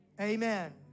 amen